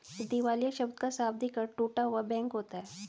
दिवालिया शब्द का शाब्दिक अर्थ टूटा हुआ बैंक होता है